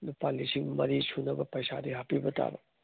ꯂꯨꯄꯥ ꯂꯤꯁꯤꯡ ꯃꯔꯤ ꯁꯨꯅꯕ ꯄꯩꯁꯥꯗꯤ ꯍꯥꯞꯄꯤꯕ ꯇꯥꯕ